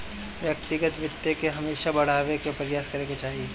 व्यक्तिगत वित्त के हमेशा बढ़ावे के प्रयास करे के चाही